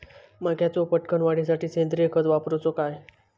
मक्याचो पटकन वाढीसाठी सेंद्रिय खत वापरूचो काय?